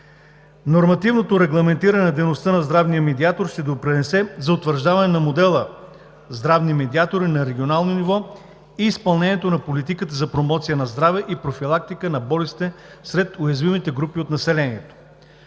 Нормативното регламентиране на дейността на здравния медиатор ще допринесе за утвърждаване на модела здравни медиатори на регионално ниво и изпълнението на политиката за промоция на здраве и профилактика на болестите сред уязвимите групи от населението.